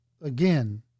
again